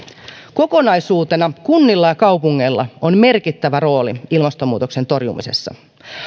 kokonaisuutena kunnilla ja kaupungeilla on merkittävä rooli ilmastonmuutoksen torjumisessa